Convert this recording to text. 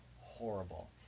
Horrible